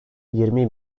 yirmi